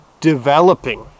developing